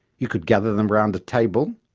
you could gather them around a table,